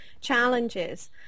challenges